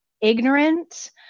ignorant